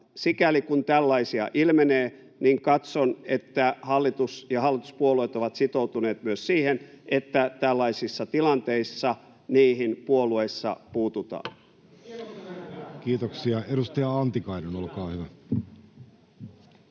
sikäli, kun tällaisia ilmenee, katson, että hallitus ja hallituspuolueet ovat sitoutuneet myös siihen, että tällaisissa tilanteissa niihin puolueissa puututaan. [Eduskunnasta: Hyvä!